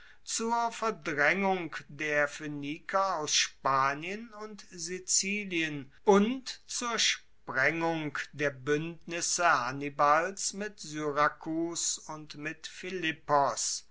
zur verdraengung der phoeniker aus spanien und sizilien und zur sprengung der buendnisse hannibals mit syrakus und mit